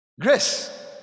Grace